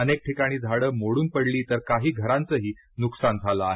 अनेक ठिकाणी झाडं मोडून पडली तर काही घरांचंही नुकसान झालं आहे